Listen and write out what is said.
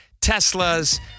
Teslas